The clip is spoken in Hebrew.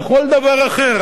לכל דבר אחר.